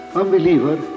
unbeliever